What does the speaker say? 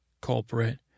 culprit